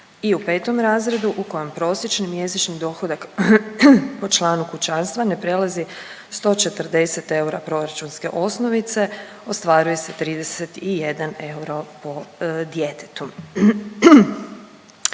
i u petom razredu u kojem prosječni mjesečni dohodak po članu kućanstva ne prelazi 140 eura proračunske osnovice ostvaruje se 31 euro po djetetu.